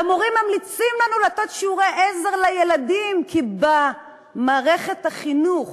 והמורים ממליצים לנו לתת שיעורי עזר לילדים כי במערכת החינוך